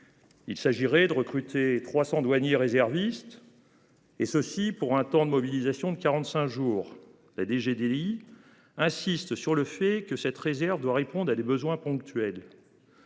Il s'agirait de recruter 300 douaniers réservistes. Et ceci pour un temps de mobilisation de 45 jours la DG délit insiste sur le fait que cette réserve doit répondre à des besoins ponctuels.